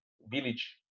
village